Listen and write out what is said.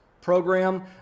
program